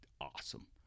awesome